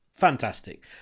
fantastic